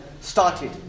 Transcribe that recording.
started